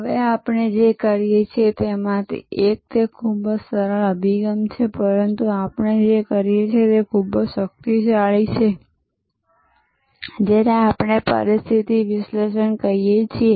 હવે આપણે જે કરીએ છીએ તેમાંથી એક તે ખૂબ જ સરળ અભિગમ છે પરંતુ આપણે જે કરીએ છીએ તે ખૂબ જ શક્તિશાળી છે જેને આપણે પરિસ્થિતિ વિશ્લેષણ કહીએ છીએ